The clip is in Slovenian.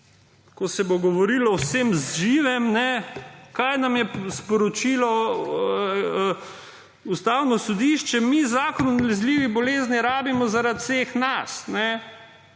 ko se bo govorilo o vsem živem − kaj nam je sporočilo Ustavno sodišče? Mi zakon o nalezljivih boleznih rabimo zaradi vseh nas.